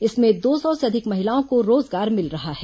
इसमें दो सौ से अधिक महिलाओं को रोजगार मिल रहा है